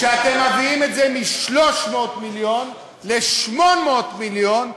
שאתם מביאים את זה מ-300 מיליון ל-800 מיליון,